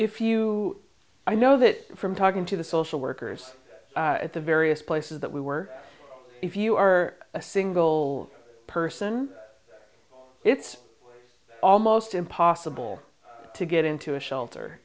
if you i know that from talking to the social workers at the various places that we were if you are a single person it's almost impossible to get into a shelter